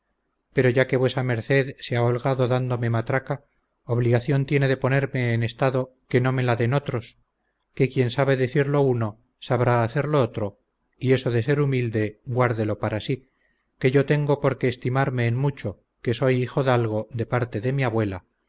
ha holgado dándome matraca obligación tiene de ponerme en estado que no me la den otros que quien sabe decir lo uno sabrá hacer lo otro y eso de ser humilde guárdelo para sí que yo tengo porque estimarme en mucho que soy hijo dalgo de parte de mi abuela